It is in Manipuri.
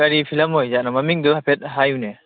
ꯀꯔꯤ ꯐꯤꯂꯝ ꯑꯣꯏꯖꯥꯠꯅꯣ ꯃꯃꯤꯡꯗꯨ ꯍꯥꯏꯐꯦꯠ ꯍꯥꯏꯌꯨꯅꯦ